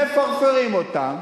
מפרפרים אותן,